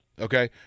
Okay